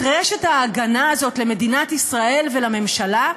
רשת ההגנה הזאת למדינת ישראל ולממשלה,